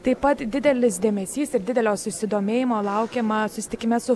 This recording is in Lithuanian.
taip pat didelis dėmesys ir didelio susidomėjimo laukiama susitikime su